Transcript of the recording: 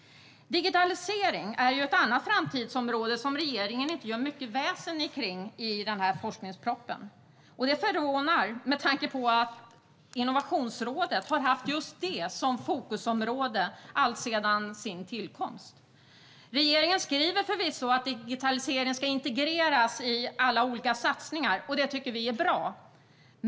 Digitalisering är ett annat framtidsområde som regeringen inte gör mycket väsen kring i sin proposition. Det förvånar med tanke på att Innovationsrådet har haft just detta som fokusområde alltsedan sin tillkomst. Regeringen skriver förvisso att digitalisering ska integreras i alla olika satsningar, och det tycker vi är bra.